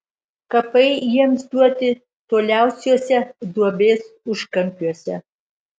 kapai jiems duoti toliausiuose duobės užkampiuose